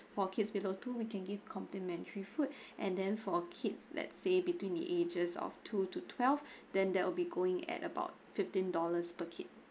for kids below two we can give complimentary food and then for kids let's say between the ages of two to twelve then that will be going at about fifteen dollars per kid